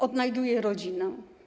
Odnajduje rodzinę.